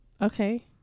Okay